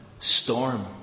storm